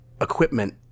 equipment